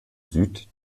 süd